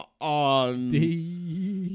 on